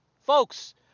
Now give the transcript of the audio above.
Folks